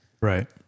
Right